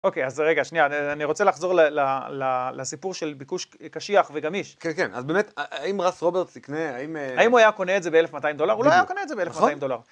אוקיי, אז רגע, שנייה, אני רוצה לחזור לסיפור של ביקוש קשיח וגמיש. כן, כן, אז באמת, האם רס רוברטס יקנה, האם... האם הוא היה קונה את זה ב-1200 דולר? הוא לא היה קונה את זה ב-1200 דולר.